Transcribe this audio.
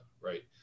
right